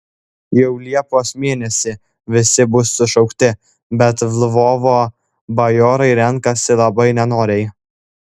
jau liepos mėnesį visi bus sušaukti bet lvovo bajorai renkasi labai nenoriai